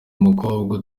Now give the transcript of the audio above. umukobwa